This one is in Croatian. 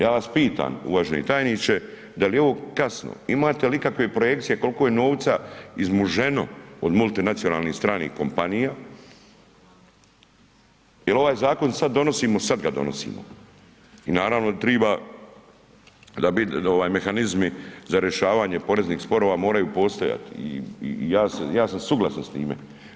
Ja vas pitam uvaženi tajniče da li je ovo kasno, imate li ikakve projekcije koliko je novca izmuženo od multinacionalnih stranih kompanija, jer ovaj zakon sad donosimo, sad ga donosimo i naravno triba ovaj bit mehanizmi za rješavanje poreznih sporova moraju postojati i ja sam suglasan s time.